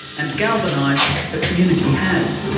and galvanise the community has.